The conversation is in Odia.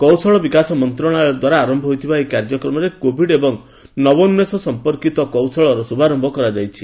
କୌଶଳ ବିକାଶ ମନ୍ତ୍ରାଳୟ ଦ୍ୱାରା ଆରମ୍ଭ ହୋଇଥିବା ଏହି କାର୍ଯ୍ୟକ୍ରମରେ କୋଭିଡ୍ ଏବଂ ନବୋନ୍ଦ୍ରେଷ ସଂପର୍କିତ କୌଶଳର ଶୁଭାରମ୍ଭ କରାଯାଇଛି